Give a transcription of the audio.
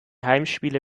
heimspiele